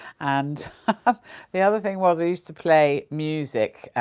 and the other thing was i used to play music,